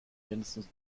mindestens